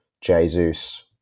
Jesus